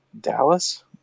Dallas